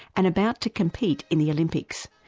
and about to compete in the olympics,